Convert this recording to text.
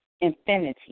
infinity